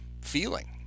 feeling